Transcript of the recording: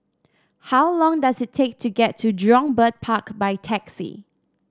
how long does it take to get to Jurong Bird Park by taxi